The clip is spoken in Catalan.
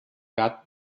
gat